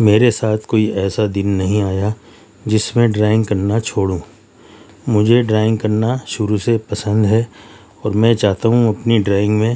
میرے ساتھ کوئی ایسا دن نہیں آیا جس میں ڈرائنگ کرنا چھوڑوں مجھے ڈرائنگ کرنا شروع سے پسند ہے اور میں چاہتا ہوں اپنی ڈرائنگ میں